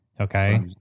Okay